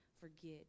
forget